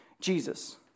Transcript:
Jesus